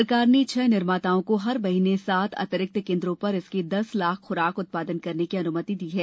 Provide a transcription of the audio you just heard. सरकार ने छह निर्माताओं को हर महीने सात अतिरिक्त केंद्रों पर इसकी दस लाख खुराक उत्पादन करने की अनुमति दी है